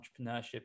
entrepreneurship